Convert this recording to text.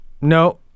No